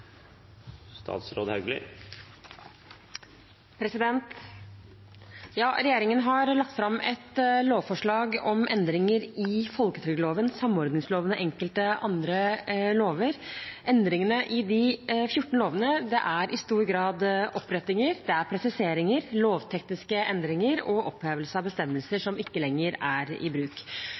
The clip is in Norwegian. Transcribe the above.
har lagt fram forslag om endringer i folketrygdloven, samordningsloven og enkelte andre lover. Endringene i de 14 lovene er i stor grad opprettinger, presiseringer, lovtekniske endringer og opphevelse av bestemmelser som ikke lenger er i bruk.